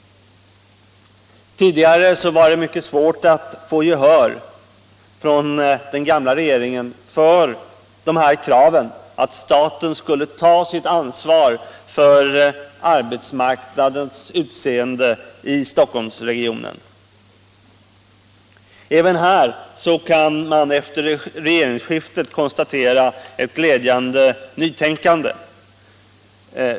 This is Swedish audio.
Tidigare var det mycket svårt att få gehör från den gamla regeringen för kraven på att staten skulle ta sitt ansvar för arbetsmarknadens utseende i Stockholmsregionen. Även här kan man efter regeringsskiftet konstatera ett glädjande nytänkande.